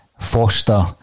Foster